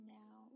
now